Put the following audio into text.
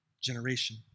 generation